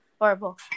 horrible